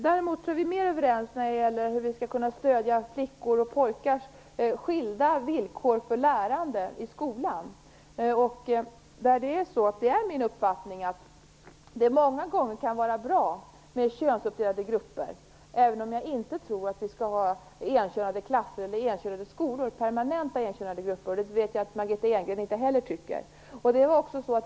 Däremot är vi mer överens om hur vi kan stödja flickor och pojkar med tanke på de skilda villkoren för lärandet i skolan. Det är min uppfattning att det många gånger kan vara bra med könsuppdelade grupper, men jag tror inte på enkönade klasser eller skolor. Jag tror alltså inte på permanent enkönade grupper. Jag vet att inte heller Margitta Edgren tycker att det skall vara så.